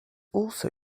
also